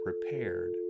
prepared